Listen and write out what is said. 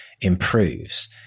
improves